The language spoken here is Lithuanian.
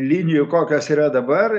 linijų kokios yra dabar